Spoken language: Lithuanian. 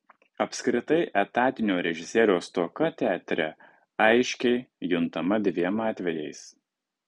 apskritai etatinio režisieriaus stoka teatre aiškiai juntama dviem atvejais